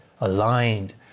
aligned